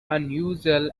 unusual